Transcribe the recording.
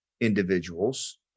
individuals